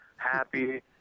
happy